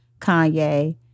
Kanye